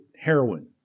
heroin